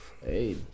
Hey